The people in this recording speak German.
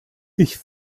ich